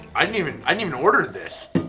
i didn't even i mean order this!